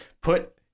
put